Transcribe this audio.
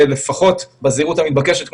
ולפחות בזהירות המתבקשת,